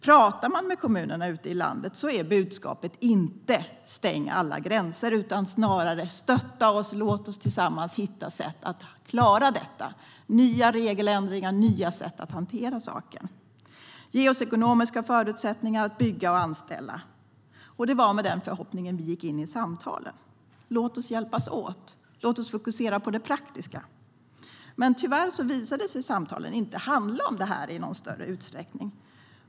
Om man talar med kommunerna ute i landet är budskapet inte: Stäng alla gränser. Snarare är budskapet: Stötta oss och låt oss tillsammans hitta sätt att klara detta - nya regeländringar och nya sätt att hantera saken. Ge oss ekonomiska förutsättningar att bygga och anställa. Det var med denna förhoppning vi gick in i samtalen. Låt oss hjälpas åt. Låt oss fokusera på det praktiska. Men tyvärr visade sig samtalen inte handla om detta i någon större utsträckning.